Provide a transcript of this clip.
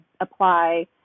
apply